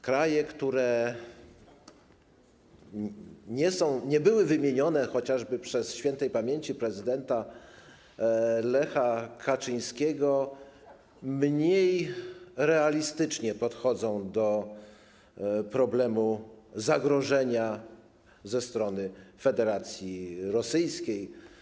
Kraje, które nie były wymienione chociażby przez śp. prezydenta Lecha Kaczyńskiego, mniej realistycznie podchodzą do problemu zagrożenia ze strony Federacji Rosyjskiej.